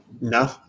no